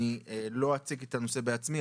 אני לא אציג את הנושא בעצמי,